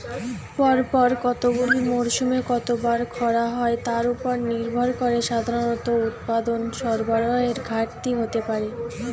পরপর কতগুলি মরসুমে কতবার খরা হয় তার উপর নির্ভর করে সাধারণত উৎপাদন সরবরাহের ঘাটতি হতে পারে